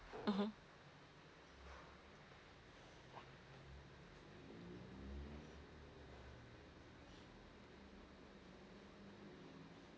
mmhmm